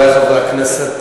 חברי חברי הכנסת,